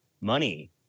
money